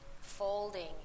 folding